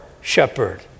shepherd